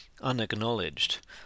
unacknowledged